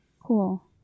Cool